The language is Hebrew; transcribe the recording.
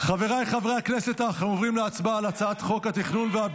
חבר הכנסת יאסר חוג'יראת,